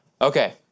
Okay